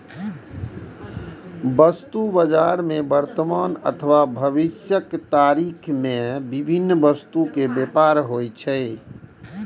वस्तु बाजार मे वर्तमान अथवा भविष्यक तारीख मे विभिन्न वस्तुक व्यापार होइ छै